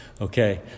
Okay